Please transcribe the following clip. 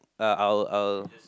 uh I'll I'll